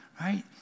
right